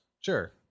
sure